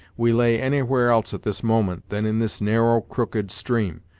we lay anywhere else, at this moment, than in this narrow, crooked stream,